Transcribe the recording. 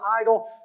idol